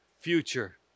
future